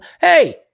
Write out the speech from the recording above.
Hey